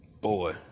boy